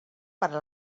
para